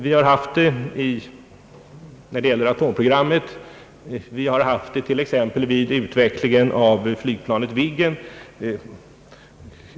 Vi har haft det beträffande atomprogrammet, och vi har haft det t.ex. vid utvecklingen av flygplanet Viggen.